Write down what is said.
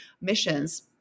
missions